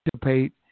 participate